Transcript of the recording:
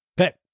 Okay